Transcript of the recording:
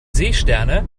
seesterne